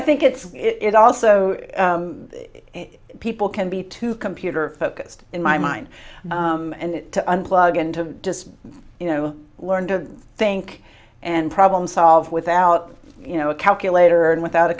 i think it's it also it people can be too computer focused in my mind to unplug and to just you know learn to think and problem solve without you know a calculator and without a